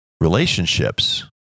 relationships